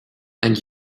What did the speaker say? and